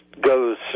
goes